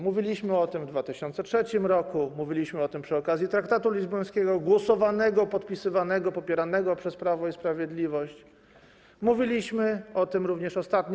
Mówiliśmy o tym w 2003 r., mówiliśmy o tym przy okazji traktatu lizbońskiego, głosowanego, podpisywanego, popieranego przez Prawo i Sprawiedliwość, mówiliśmy o tym również ostatnio.